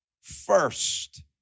first